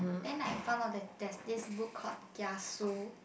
then I found out that there's this book called kiasu